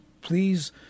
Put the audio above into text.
Please